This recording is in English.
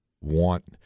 Want